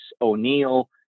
O'Neill